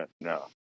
No